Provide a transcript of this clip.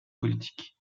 politique